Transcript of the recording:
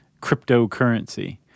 cryptocurrency